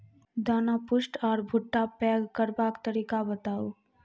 दाना पुष्ट आर भूट्टा पैग करबाक तरीका बताऊ?